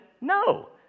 No